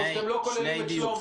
או שהם לא כוללים את שלומי.